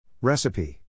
Recipe